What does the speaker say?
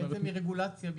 אחד